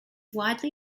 widely